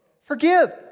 Forgive